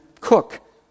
cook